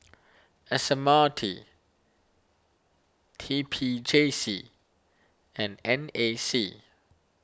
S M R T T P J C and N A C